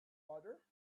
butter